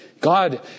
God